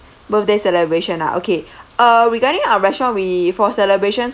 birthday celebration ah okay uh regarding our restaurant we for celebrations